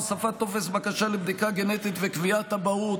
הוספת טופס בקשה לבדיקה גנטית וקביעת אבהות,